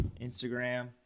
Instagram